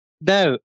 No